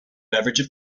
beverage